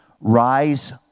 rise